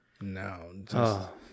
No